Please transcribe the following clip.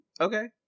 Okay